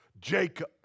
Jacob